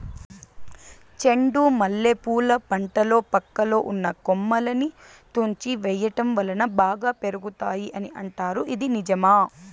చెండు మల్లె పూల పంటలో పక్కలో ఉన్న కొమ్మలని తుంచి వేయటం వలన బాగా పెరుగుతాయి అని అంటారు ఇది నిజమా?